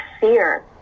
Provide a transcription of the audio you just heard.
fear